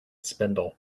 spindle